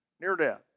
Near-death